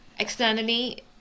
externally